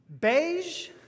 Beige